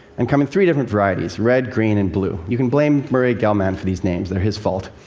and come in three different varieties red, green and blue. you can blame murray gell-mann for these names they're his fault.